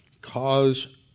cause